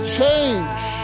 change